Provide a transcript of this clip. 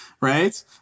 right